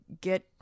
get